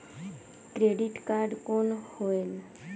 Credit card कौन होएल?